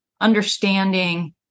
understanding